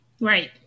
Right